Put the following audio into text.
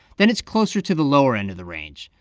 then it's closer to the lower end of the range.